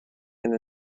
and